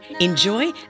enjoy